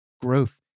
Growth